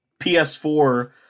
PS4